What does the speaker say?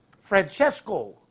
Francesco